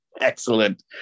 excellent